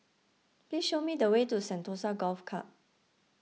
please show me the way to Sentosa Golf Club